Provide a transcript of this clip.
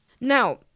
Now